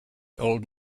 old